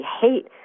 hate